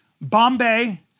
Bombay